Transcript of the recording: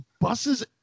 Buses